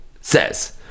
says